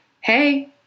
hey